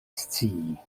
scii